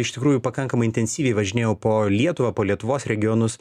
iš tikrųjų pakankamai intensyviai važinėjau po lietuvą po lietuvos regionus